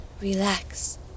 relax